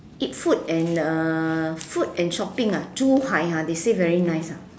eat food and uh food and shopping ah Zhuhai ha they say very nice ah